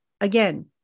again